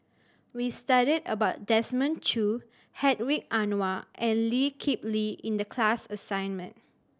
we studied about Desmond Choo Hedwig Anuar and Lee Kip Lee in the class assignment